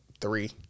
three